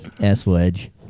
S-Wedge